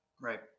Right